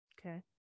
Okay